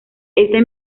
este